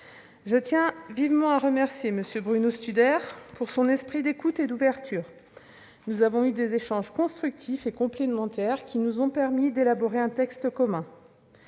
Je tiens à remercier vivement M. Bruno Studer de son esprit d'écoute et d'ouverture. Nous avons eu des échanges constructifs et complémentaires, qui nous ont permis d'élaborer un texte commun.